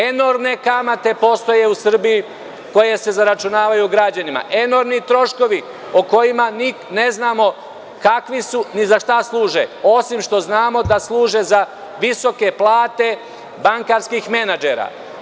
Enormne kamate postoje u Srbiji koje se zaračunavaju građanima, enormni troškovi o kojima ne znamo kako su i za šta služe, osim što znamo da služe za visoke plate bankarskih menadžera.